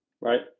right